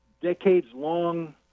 decades-long